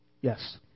yes